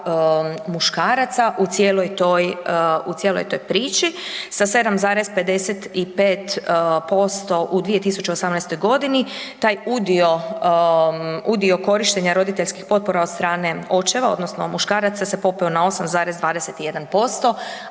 muškaraca u cijeloj toj priči, sa 7,55% u 2018. g., taj udio korištenja roditeljskih potpora od strane očeva odnosno muškaraca se popeo na 8,21%